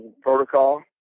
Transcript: protocol